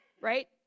right